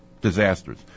disasters